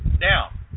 down